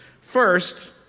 First